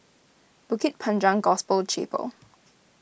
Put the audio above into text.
Bukit Panjang Gospel Chapel